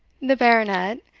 the baronet,